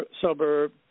suburb